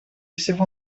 всего